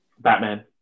Batman